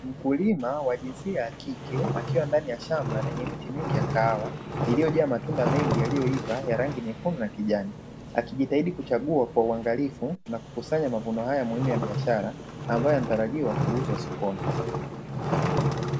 Mkulima wa jinsia ya kike akiwa ndani ya shamba lenye miti mingi ya kahawa iliyojaa matunda mengi yaliyoiva ya rangi nyekundu na kijani, akijitahidi kuchagua kwa uangalifu na kukusanya mavuno haya muhimu ya biashara ambayo yanatarajiwa kuuzwa sokoni.